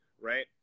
right